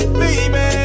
baby